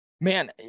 Man